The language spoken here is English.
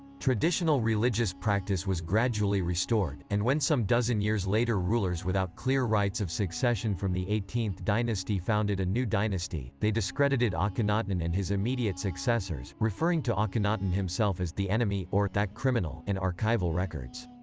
traditional religious practice was gradually restored, and when some dozen years later rulers without clear rights of succession from the eighteenth dynasty founded a new dynasty, they discredited ah akhenaten and his immediate successors, referring to akhenaten himself as the enemy or that criminal in archival records.